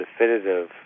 definitive